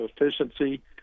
efficiency